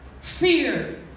Fear